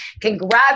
Congrats